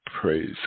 Praise